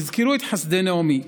תזכרו את חסדי נעמי,